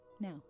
Now